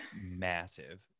massive